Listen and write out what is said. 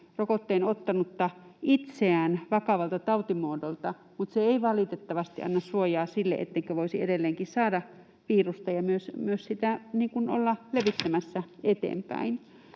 rokotteen ottanutta itseään vakavalta tautimuodoilta, mutta se ei valitettavasti anna suojaa sille, etteikö voisi edelleenkin saada virusta ja myös sitä olla levittämässä eteenpäin.